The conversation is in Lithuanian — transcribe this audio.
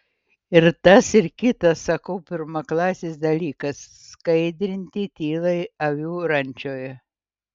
ir tas ir kitas sakau pirmaklasis dalykas skaidrinti tylai avių rančoje